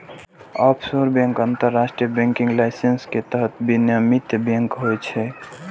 offshore bank अंतरराष्ट्रीय banking licence के तहत विनियमित बैंक होइ छै